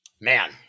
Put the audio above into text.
man